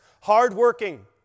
hardworking